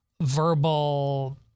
verbal